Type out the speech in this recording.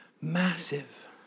massive